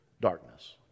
darkness